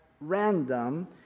random